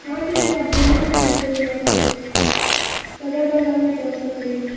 ہاں ٹھیک ہے آپ جلدی سے پہنچ جائیے یہاں پہ صدر بازار میں چوک پہ کھڑی ہوں